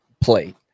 play